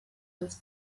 als